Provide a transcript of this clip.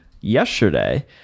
yesterday